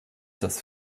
das